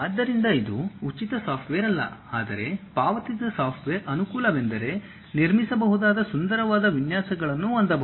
ಆದ್ದರಿಂದ ಇದು ಉಚಿತ ಸಾಫ್ಟ್ವೇರ್ ಅಲ್ಲ ಆದರೆ ಪಾವತಿಸಿದ ಸಾಫ್ಟ್ವೇರ್ ನ ಅನುಕೂಲವೆಂದರೆ ನಿರ್ಮಿಸಬಹುದಾದ ಸುಂದರವಾದ ವಿನ್ಯಾಸಗಳನ್ನು ಹೊಂದಬಹುದು